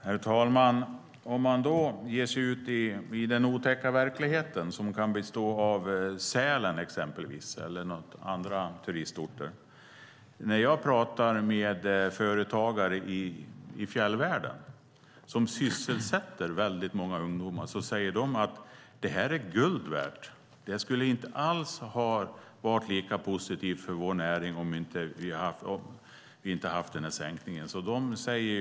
Herr talman! Man kan ge sig ut i den otäcka verkligheten, till exempel till Sälen eller några andra turistorter. När jag talar med företagare i fjällvärlden som sysselsätter många ungdomar säger de att detta är guld värt. De säger att det inte alls skulle ha varit lika positivt för deras näring om inte den här sänkningen hade skett.